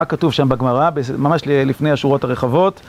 מה כתוב שם בגמרא, ממש לפני השורות הרחבות.